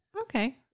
Okay